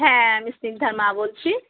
হ্যাঁ আমি স্নিগ্ধার মা বলছি